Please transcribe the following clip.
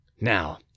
Now